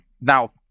Now